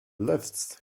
lifts